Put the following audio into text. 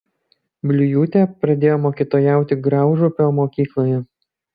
bliujūtė pradėjo mokytojauti graužupio mokykloje